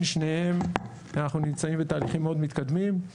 שניהם אנחנו נמצאים בתהליכים מאוד מתקדמים,